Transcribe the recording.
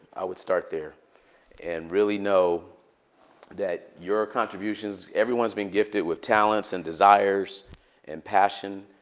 i would start there and really know that your contributions everyone's been gifted with talents and desires and passion.